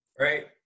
right